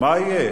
מה יהיה?